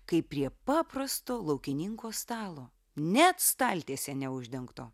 kaip prie paprasto laukininko stalo net staltiese neuždengto